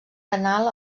canal